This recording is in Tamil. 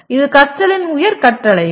இது கற்றலின் உயர் கட்டளைகள்